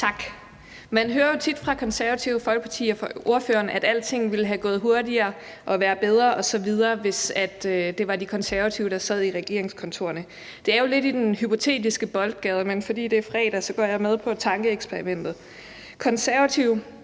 Tak. Man hører jo tit fra Det Konservative Folkeparti og fra ordføreren, at alting ville være gået hurtigere og have været bedre osv., hvis det var De Konservative, der sad i regeringskontorerne. Det er lidt i den hypotetiske boldgade, men fordi det er fredag, går jeg med på tankeeksperimentet.